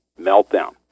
meltdown